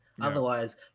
otherwise